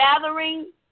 gathering